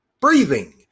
breathing